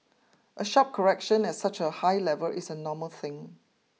a sharp correction at such a high level is a normal thing